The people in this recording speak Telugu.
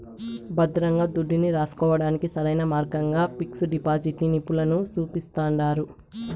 భద్రంగా దుడ్డుని రాసుకోడానికి సరైన మార్గంగా పిక్సు డిపాజిటిని నిపునులు సూపిస్తండారు